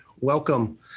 welcome